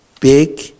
big